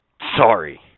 Sorry